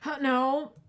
no